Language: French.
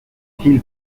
qu’il